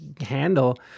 handle